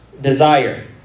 desire